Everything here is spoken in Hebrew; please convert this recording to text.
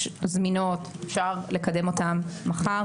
זמינות ואפשר לקדם אותן מחר,